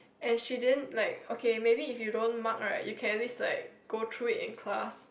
and she din like okay maybe if you don't mark right you can at least like go through it in class